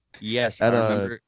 Yes